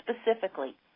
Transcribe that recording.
specifically